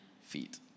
feet